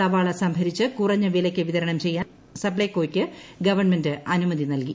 സവാള സംഭരിച്ച് കുറഞ്ഞ വിലയ്ക്ക് വിതരണം ചെയ്യാൻ സപ്ലൈകോയ്ക്ക് ഗവൺമെന്റ് അനുമതി നൽകി